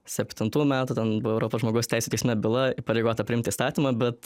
septintų metų ten buvo europos žmogaus teisių teisme byla įpareigota priimt įstatymą bet